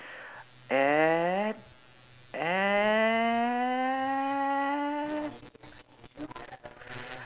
at at